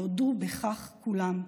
יודו בכך כולם.